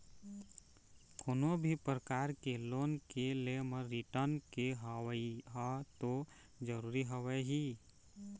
कोनो भी परकार के लोन के ले म रिर्टन के होवई ह तो जरुरी हवय ही